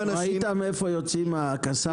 ראית מאיפה יוצאים הקסאמים?